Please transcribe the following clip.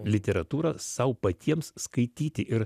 literatūrą sau patiems skaityti ir